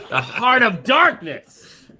a heart of darkness.